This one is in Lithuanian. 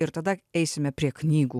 ir tada eisime prie knygų